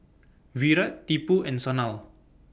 Virat Tipu and Sanal